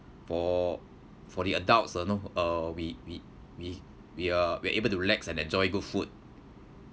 for for the adults uh know uh we we we we are we are able to relax and enjoy good food